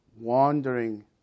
wandering